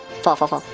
fun.